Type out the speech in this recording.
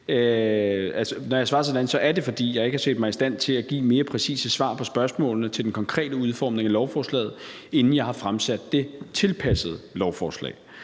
Når jeg har svaret sådan, er det, fordi jeg ikke har set mig i stand til at give mere præcise svar på spørgsmålene til den konkrete udformning af lovforslaget, inden jeg har fremsat det tilpassede lovforslag.